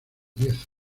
diez